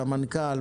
סמנכ"ל,